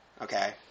Okay